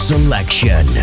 Selection